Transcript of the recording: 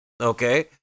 okay